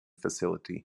facility